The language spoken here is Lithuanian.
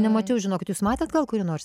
nemačiau žinokit jūs matėt gal kuri